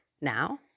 now